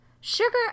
Sugar